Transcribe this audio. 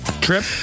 Trip